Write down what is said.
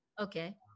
Okay